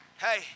Hey